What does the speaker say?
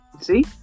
See